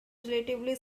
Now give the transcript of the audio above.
relatively